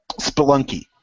Spelunky